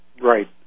Right